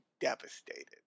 devastated